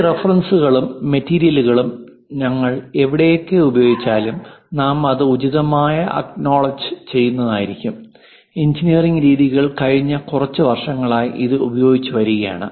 ഈ റഫറൻസുകളും മെറ്റീരിയലുകളും ഞങ്ങൾ എവിടെയൊക്കെ ഉപയോഗിച്ചാലും നാം അത് ഉചിതമായി അക്നോഡല്ഡ്ജ് ചെയ്യുന്നതായിരിക്കും എഞ്ചിനീയറിംഗ് രീതികൾ കഴിഞ്ഞ കുറച്ച് വർഷങ്ങളായി ഇത് ഉപയോഗിച്ച് വരുകയാണ്